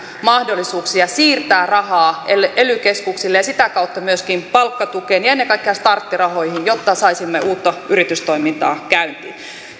mahdollisuuksia siirtää rahaa ely ely keskuksille ja sitä kautta myöskin palkkatukeen ja ennen kaikkea starttirahoihin jotta saisimme uutta yritystoimintaa käyntiin